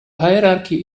hierarchy